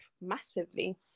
massively